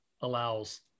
allows